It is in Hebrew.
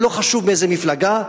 ולא חשוב מאיזו מפלגה,